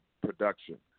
production